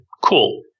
Cool